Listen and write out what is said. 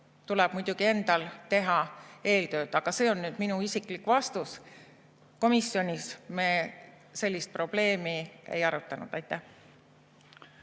Tuleb muidugi endal teha eeltööd. Aga see on minu isiklik vastus. Komisjonis me sellist probleemi ei arutanud. Aitäh!